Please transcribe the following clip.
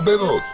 הרבה מאוד.